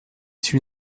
celui